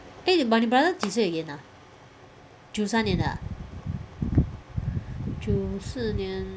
eh but 你的 brother 几岁 again ah 九三年的 ah 九四年